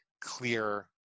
clear